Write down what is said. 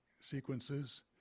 sequences